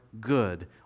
good